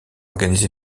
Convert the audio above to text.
organiser